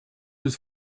was